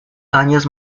años